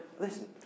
listen